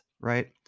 Right